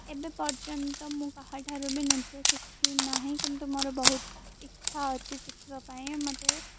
ଏବେ ପର୍ଯ୍ୟନ୍ତ ମୁଁ କାହାଠାରୁ ବି ନୃତ୍ୟ ଶିଖି ନାହିଁ କିନ୍ତୁ ମୋର ବହୁତ ଇଚ୍ଛା ଅଛି ଶିଖିବା ପାଇଁ ମୋତେ